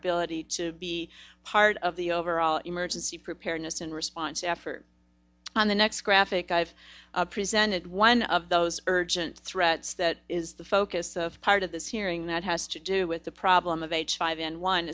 ability to be part of the overall emergency preparedness and response effort on the next graphic i've presented one of those urgent threats that is the focus of part of this hearing that has to do with the problem of h five n one